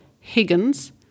Higgins